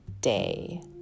day